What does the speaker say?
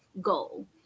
goal